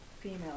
female